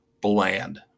bland